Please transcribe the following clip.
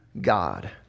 God